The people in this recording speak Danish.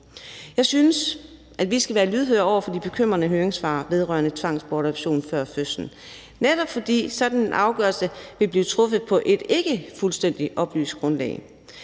Jeg synes, at vi skal være lydhøre over for de bekymrende høringssvar vedrørende tvangsbortadoption før fødslen, netop fordi sådan en afgørelse vil blive truffet på et ikke fuldstændig oplyst grundlag.